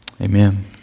Amen